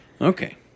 Okay